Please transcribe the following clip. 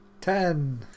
Ten